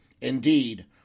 Indeed